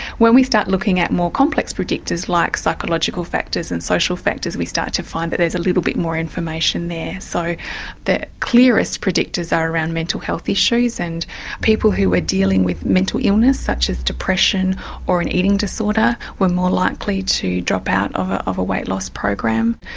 when we started looking at more complex predictors like psychological factors and social factors, we started to find there's a little bit more information there. so the clearest predictors are around mental health issues and people who were dealing with mental illness such as depression or an eating disorder were more likely to drop out of ah of a weight loss program.